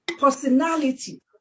personality